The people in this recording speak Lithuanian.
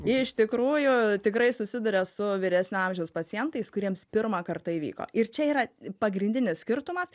iš tikrųjų tikrai susiduria su vyresnio amžiaus pacientais kuriems pirmą kartą įvyko ir čia yra pagrindinis skirtumas